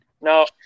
No